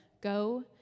go